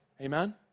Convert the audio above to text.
Amen